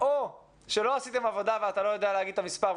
או שלא עשיתם עבודה ואתה לא יודע להגיד את המספר,